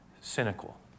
cynical